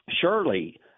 surely